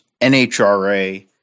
NHRA